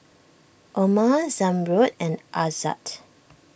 Omar Zamrud and Aizat